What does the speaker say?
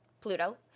Pluto